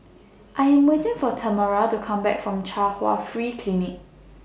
I Am waiting For Tamera to Come Back from Chung Hwa Free Clinic